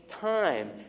time